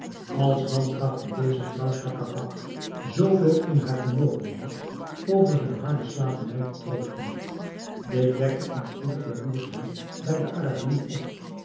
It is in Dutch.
alsdan trachtte deze vrouw schacabac zoo veel in haar vermogen was over zijne harde slavernij te troosten dit wekte al spoedig jaloerschheid bij den arabier op